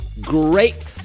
great